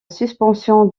suspension